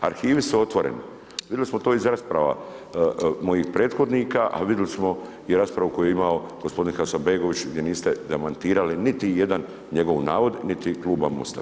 Arhivi su otvoreni, vidjeli smo to iz rasprava mojih prethodnika a vidjeli smo i raspravu koju je ima gospodin Hasanbegović gdje niste demantirali niti jedan njegovo navod niti kluba MOST-a.